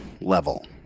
level